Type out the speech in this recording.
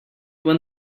when